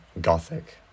gothic